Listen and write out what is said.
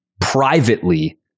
privately